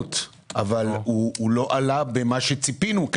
בכמות אבל הוא לא עלה במה שציפינו.